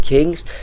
Kings